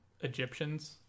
Egyptians